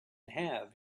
have